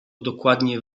dokładnie